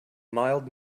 mild